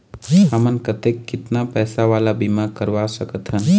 हमन कतेक कितना पैसा वाला बीमा करवा सकथन?